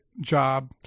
job